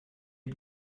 had